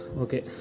Okay